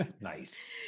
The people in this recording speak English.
Nice